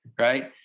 right